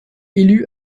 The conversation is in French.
élu